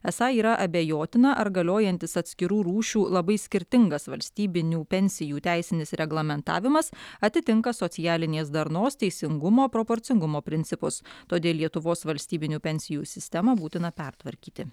esą yra abejotina ar galiojantis atskirų rūšių labai skirtingas valstybinių pensijų teisinis reglamentavimas atitinka socialinės darnos teisingumo proporcingumo principus todėl lietuvos valstybinių pensijų sistemą būtina pertvarkyti